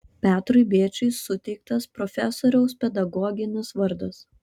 petrui bėčiui suteiktas profesoriaus pedagoginis vardas